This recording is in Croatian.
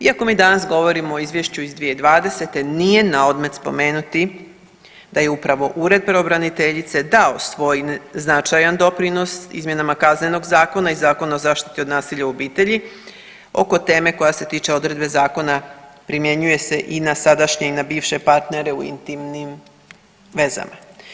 Iako mi danas govorimo o izvješću iz 2020. nije na odmet spomenuti da je upravo ured pravobraniteljice dao svoj značajan doprinos izmjenama Kaznenog zakona i Zakona o zaštiti od nasilja u obitelji oko teme koja se tiče odredbe zakona primjenjuje se i na sadašnje i na bivše partnere u intimnim vezama.